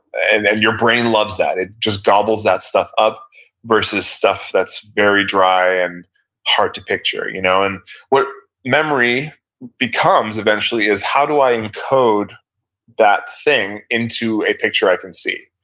and and your brain loves that. it just gobbles that stuff up versus stuff that's very dry and hard to picture you know and what memory becomes eventually is how do i encode that thing into a picture i can see?